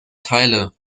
teile